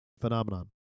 phenomenon